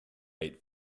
rate